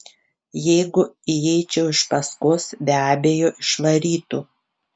jeigu įeičiau iš paskos be abejo išvarytų